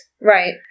Right